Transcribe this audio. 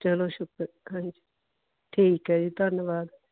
ਚਲੋ ਸ਼ੁਕਰ ਹਾਂਜੀ ਠੀਕ ਹੈ ਜੀ ਧੰਨਵਾਦ